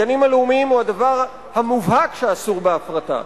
הגנים הלאומיים הוא הדבר המובהק שאסור בהפרטה.